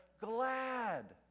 glad